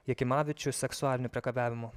jakimavičių seksualiniu priekabiavimu